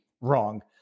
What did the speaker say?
wrong